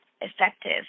effective